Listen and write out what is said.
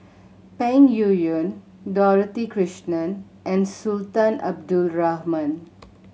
Peng Yuyun Dorothy Krishnan and Sultan Abdul Rahman